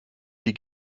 die